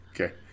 Okay